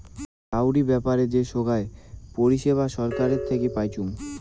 কাউরি ব্যাপারে যে সোগায় পরিষেবা ছরকার থাকি পাইচুঙ